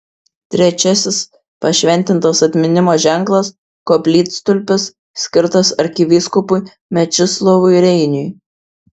trečiasis pašventintas atminimo ženklas koplytstulpis skirtas arkivyskupui mečislovui reiniui